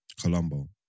Colombo